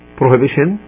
prohibition